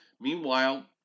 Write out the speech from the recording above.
Meanwhile